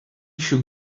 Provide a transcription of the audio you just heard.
shook